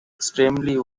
extremely